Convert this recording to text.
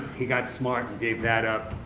he got smart and gave that up,